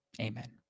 Amen